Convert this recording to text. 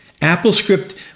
AppleScript